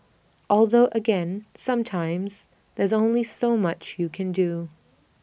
although again sometimes there's only so much you can do